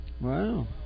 Wow